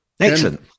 excellent